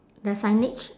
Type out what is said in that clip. the signage